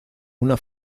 una